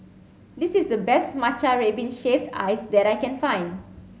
this is the best matcha red bean shaved ice that I can find